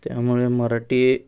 त्यामुळे मराठी